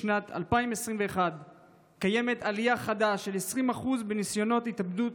בשנת 2021 קיימת עלייה חדה של 20% בניסיונות התאבדות